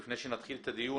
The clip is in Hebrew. לפני שנתחיל את הדיון,